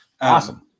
Awesome